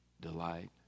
delight